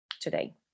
today